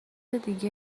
دیگه